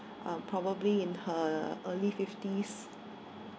uh probably in her early fifties